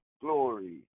glory